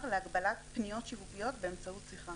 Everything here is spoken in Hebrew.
להגבלת פניות שיווקיות באמצעות שיחה.